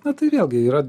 na tai vėlgi yra